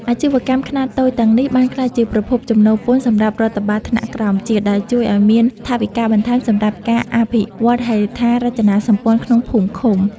អាជីវកម្មខ្នាតតូចទាំងនេះបានក្លាយជាប្រភពចំណូលពន្ធសម្រាប់រដ្ឋបាលថ្នាក់ក្រោមជាតិ ដែលជួយឱ្យមានថវិកាបន្ថែមសម្រាប់ការអភិវឌ្ឍហេដ្ឋារចនាសម្ព័ន្ធក្នុងភូមិឃុំ។